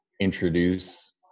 introduce